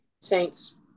Saints